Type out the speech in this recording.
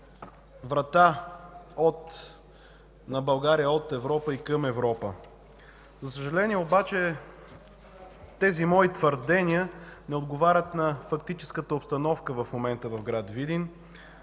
врата на България от Европа и към Европа. За съжаление обаче тези мои твърдения не отговарят на фактическата обстановка в момента в град Видин.